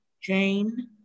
Jane